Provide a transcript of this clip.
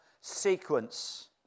sequence